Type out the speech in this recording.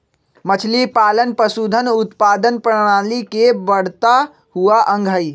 मछलीपालन पशुधन उत्पादन प्रणाली के बढ़ता हुआ अंग हई